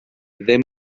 ddim